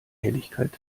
helligkeit